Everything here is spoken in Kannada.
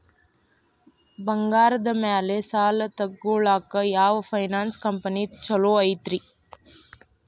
ಬಂಗಾರದ ಮ್ಯಾಲೆ ಸಾಲ ತಗೊಳಾಕ ಯಾವ್ ಫೈನಾನ್ಸ್ ಕಂಪನಿ ಛೊಲೊ ಐತ್ರಿ?